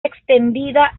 extendida